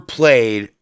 played